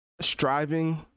striving